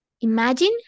Imagine